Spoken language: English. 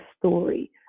story